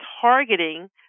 targeting